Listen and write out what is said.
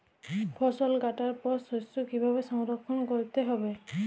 ফসল কাটার পর শস্য কীভাবে সংরক্ষণ করতে হবে?